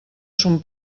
son